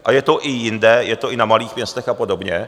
A je to i jinde, je to i na malých městech a podobně.